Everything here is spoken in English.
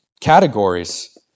categories